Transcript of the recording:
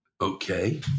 Okay